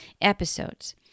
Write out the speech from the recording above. episodes